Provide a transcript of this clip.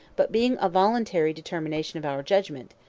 but being a voluntary determination of our judgement,